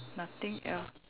nothing else